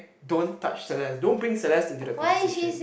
don't touch Celeste don't bring Celeste into the conversation